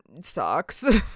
sucks